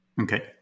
Okay